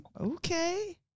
okay